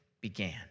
began